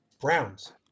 browns